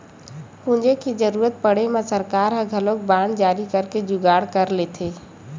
पूंजी के जरुरत पड़े म सरकार ह घलोक बांड जारी करके जुगाड़ कर लेथे